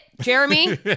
Jeremy